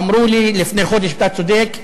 אמרו לי לפני חודש: אתה צודק,